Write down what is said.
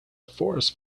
forest